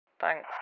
Thanks